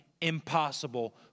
impossible